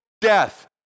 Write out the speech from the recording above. death